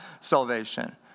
salvation